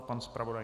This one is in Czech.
Pan zpravodaj?